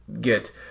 get